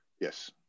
Yes